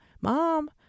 mom